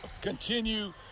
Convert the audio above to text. continue